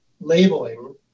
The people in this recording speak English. labeling